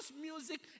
music